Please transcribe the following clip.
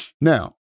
Now